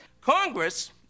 Congress